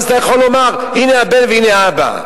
אתה יכול לומר: הנה הבן והנה האבא,